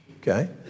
Okay